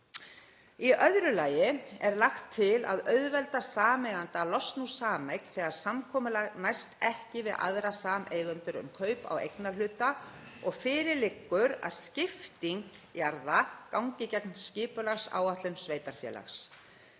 Í öðru lagi er lagt til að auðvelda sameiganda að losna úr sameign þegar samkomulag næst ekki við aðra sameigendur um kaup á eignarhluta og fyrir liggur að skipting jarða gengur gegn skipulagsáætlun sveitarfélags.